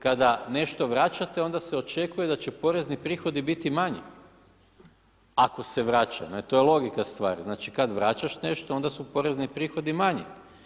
Kada nešto vraćate onda se očekuje da će porezni prihodi biti manji ako se vraća, to je logika stvari, znači kad vraćaš nešto onda su porezni prihodi manji.